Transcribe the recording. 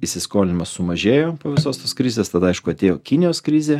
įsiskolinimas sumažėjo visos tos krizės tada aišku atėjo kinijos krizė